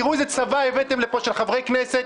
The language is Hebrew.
תראו, איזה צבא של חברי כנסת הבאתם לפה.